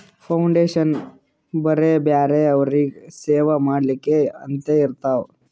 foundation ಬರೇ ಬ್ಯಾರೆ ಅವ್ರಿಗ್ ಸೇವಾ ಮಾಡ್ಲಾಕೆ ಅಂತೆ ಇರ್ತಾವ್